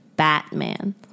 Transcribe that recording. Batman